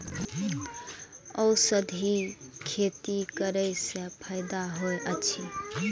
औषधि खेती करे स फायदा होय अछि?